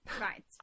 Right